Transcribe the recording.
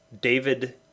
David